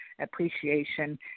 appreciation